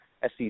SEC